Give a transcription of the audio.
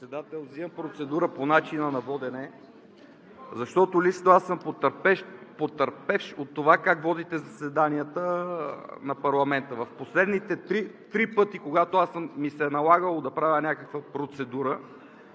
вземам процедура по начина на водене, защото лично аз съм потърпевш от това как водите заседанията на парламента. Последните три пъти, когато ми се е налагало да правя някаква процедура,